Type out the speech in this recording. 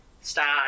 start